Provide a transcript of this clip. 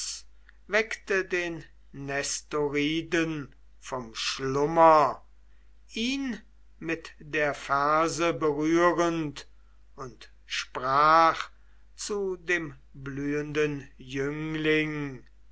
weckte den nestoriden vom schlummer ihn mit der ferse berührend und sprach zu dem blühenden jüngling